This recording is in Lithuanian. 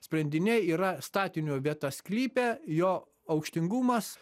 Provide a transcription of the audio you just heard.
sprendiniai yra statinio vieta sklype jo aukštingumas